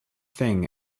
thing